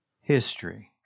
history